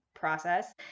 process